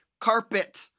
carpet